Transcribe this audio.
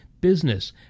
business